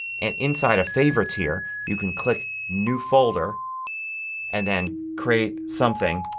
and inside of favorites here you can click new folder and then create something